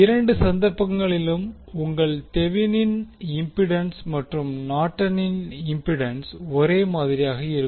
இரண்டு சந்தர்ப்பங்களிலும் உங்கள் தெவினின் இம்பிடன்ஸ் மற்றும் நார்டனின் இம்பிடன்ஸ்கல் ஒரே மாதிரியாக இருக்கும்